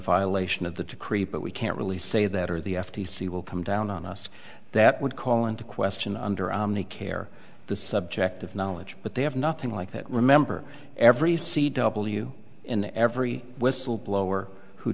violation of the to creep but we can't really say that or the f t c will come down on us that would call into question under the care the subject of knowledge but they have nothing like that remember every c w in every whistleblower who